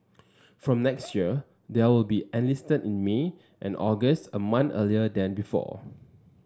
from next year they are will be enlisted in May and August a month earlier than before